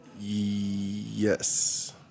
yes